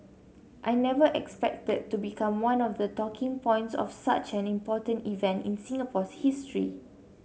I never expected to become one of the talking points of such an important event in Singapore's history